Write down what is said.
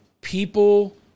people